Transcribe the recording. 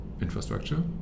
infrastructure